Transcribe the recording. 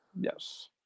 Yes